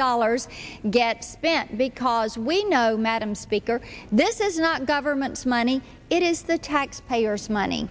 dollars gets spent because we know madam speaker this is not government's money it is the taxpayers money